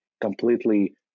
completely